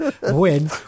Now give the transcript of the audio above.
win